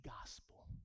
gospel